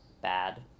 bad